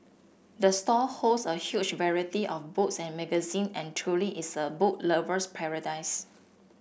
the store holds a huge variety of books and magazine and truly is a book lover's paradise